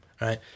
Right